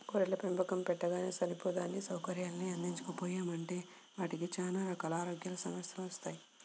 గొర్రెల పెంపకం పెట్టగానే సరిపోదు అన్నీ సౌకర్యాల్ని అందించకపోయామంటే వాటికి చానా రకాల ఆరోగ్య సమస్యెలొత్తయ్